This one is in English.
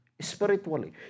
spiritually